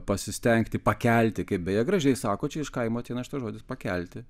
pasistengti pakelti kaip beje gražiai sako čia iš kaimo ateina šitas žodis pakelti